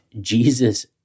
Jesus